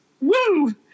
Woo